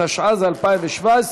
התשע"ז 2017,